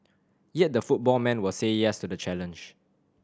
yet the football man will say yes to the challenge